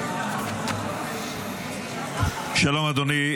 שלום, אדוני.